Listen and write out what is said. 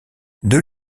deux